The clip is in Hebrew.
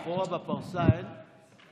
מאחורה, בפרסה, אין?